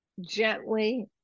gently